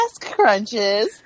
crunches